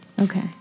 Okay